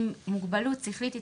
עם מוגבלות שכלית התפתחותית,